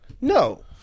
No